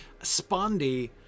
Spondy